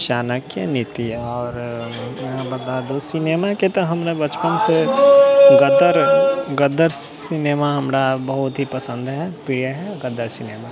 चाणक्य नीति आओर बता दू सिनेमाके तऽ हमरा बचपन से गदर सिनेमा हमरा बहुत ही पसन्द है प्रिय है गदर सिनेमा